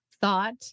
thought